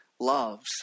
loves